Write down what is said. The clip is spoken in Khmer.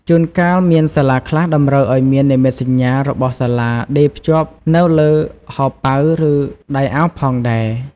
ជួនកាលមានសាលាខ្លះតម្រូវឱ្យមាន និមិត្តសញ្ញា របស់សាលាដេរភ្ជាប់នៅលើហោប៉ៅ ឬដៃអាវផងដែរ។